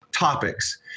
Topics